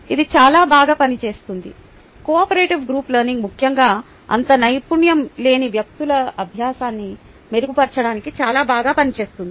ఇది చాలా బాగా పనిచేస్తుంది కోఆపరేటివ్ గ్రూప్ లెర్నింగ్ ముఖ్యంగా అంత నైపుణ్యం లేని వ్యక్తుల అభ్యాసాన్ని మెరుగుపరచడానికి చాలా బాగా పనిచేస్తుంది